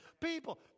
People